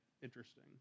Interesting